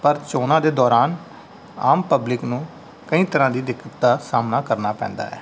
ਪਰ ਚੌਣਾਂ ਦੇ ਦੌਰਾਨ ਆਮ ਪਬਲਿਕ ਨੂੰ ਕਈ ਤਰ੍ਹਾਂ ਦੀ ਦਿੱਕਤ ਦਾ ਸਾਹਮਣਾ ਕਰਨਾ ਪੈਂਦਾ ਹੈ